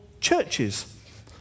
churches